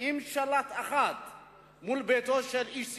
עם שלט אחד מול ביתו של איש ציבור,